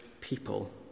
people